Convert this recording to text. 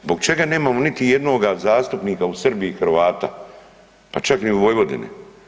Zbog čega nemamo ni jednoga zastupnika u Srbiji Hrvata, pa čak ni u Vojvodini.